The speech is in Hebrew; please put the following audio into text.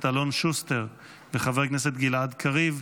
אלון שוסטר ולחבר הכנסת גלעד קריב,